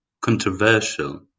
controversial